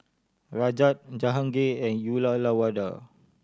Rajat Jahangir and Uyyalawada